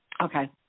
Okay